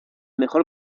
mejor